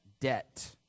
debt